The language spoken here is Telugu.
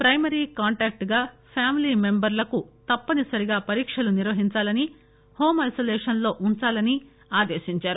పైమరీ కాంటాక్టుగా ఫ్యామిలీ మెంబర్లకు తప్పనిసరిగా పరీక్షలు నిర్వహించాలని హోమ్ ఐనోలేషన్లో వుంచాలని ఆదేశించారు